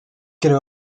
creó